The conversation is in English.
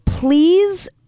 Please